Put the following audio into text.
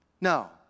No